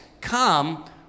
come